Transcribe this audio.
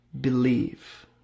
believe